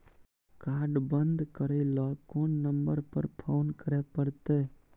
Card बन्द करे ल कोन नंबर पर फोन करे परतै?